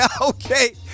Okay